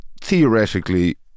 theoretically